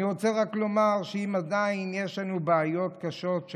אני רוצה רק לומר שאם עדיין יש לנו בעיות קשות,